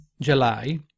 July